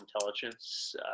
intelligence